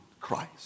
Christ